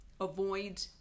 avoid